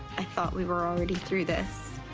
i thought we were already through this.